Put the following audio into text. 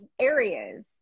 areas